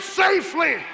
safely